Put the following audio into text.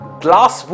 glass